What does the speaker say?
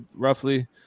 roughly